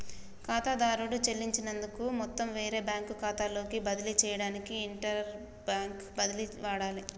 ఖాతాదారుడు చెల్లించదలుచుకున్న మొత్తం వేరే బ్యాంకు ఖాతాలోకి బదిలీ చేయడానికి ఇంటర్బ్యాంక్ బదిలీని వాడాలే